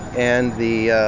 and the